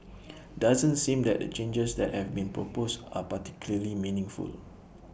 doesn't seem that the changes that have been proposed are particularly meaningful